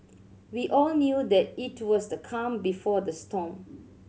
we all knew that it was the calm before the storm